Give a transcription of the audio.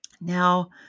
now